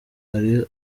ari